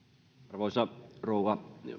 arvoisa rouva